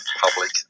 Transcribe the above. public